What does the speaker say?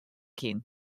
kin